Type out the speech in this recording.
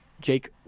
Jake